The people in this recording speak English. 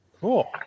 Cool